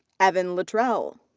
evan luttrell.